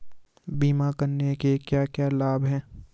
बीमा करने के क्या क्या लाभ हैं?